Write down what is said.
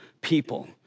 people